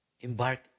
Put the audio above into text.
Embark